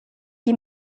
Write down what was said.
die